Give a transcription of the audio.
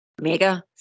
mega